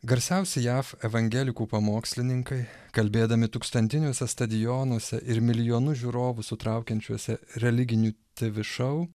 garsiausi jav evangelikų pamokslininkai kalbėdami tūkstantiniuose stadionuose ir milijonus žiūrovų sutraukiančiuose religinių tv šou